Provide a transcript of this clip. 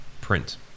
print